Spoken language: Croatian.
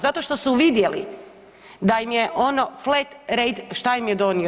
Zato što su vidjeli da im je ono flat rate, šta im je donio?